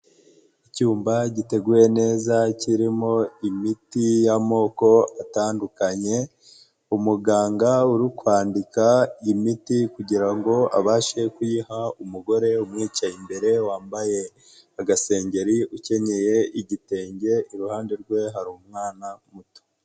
Icyuma giteguye neza kirimo imiti y'amoko atandukanye, umuganga uri kwandika imiti kugira ngo abashe kuyiha umugore umwicaye imbere wambaye agasengeri ukenyeye igitenge iruhande rwe hari umwana muto.